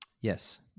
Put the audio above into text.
Yes